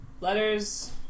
letters